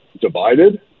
divided